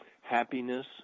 happiness